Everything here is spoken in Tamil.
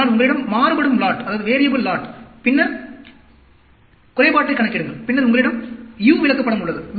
ஆனால் உங்களிடம் மாறுபடும் லாட் பின்னர் குறைபாட்டைக் கணக்கிடுங்கள் பின்னர் உங்களிடம் U விளக்கப்படம் உள்ளது